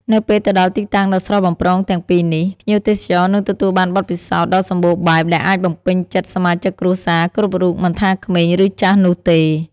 នៅពេលទៅដល់ទីតាំងដ៏ស្រស់បំព្រងទាំងពីរនេះ ភ្ញៀវទេសចរនឹងទទួលបានបទពិសោធន៍ដ៏សម្បូរបែបដែលអាចបំពេញចិត្តសមាជិកគ្រួសារគ្រប់រូបមិនថាក្មេងឬចាស់នោះទេ។